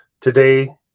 Today